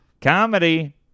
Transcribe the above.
comedy